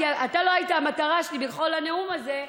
כי אתה לא היית המטרה שלי בכל הנאום הזה,